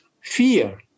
fear